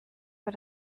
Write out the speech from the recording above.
für